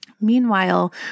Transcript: Meanwhile